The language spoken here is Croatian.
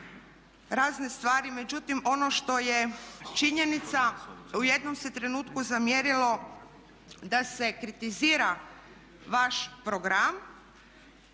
razne stvari, međutim ono što je činjenica u jednom se trenutku zamjerilo da se kritizira vaš program